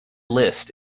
list